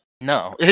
no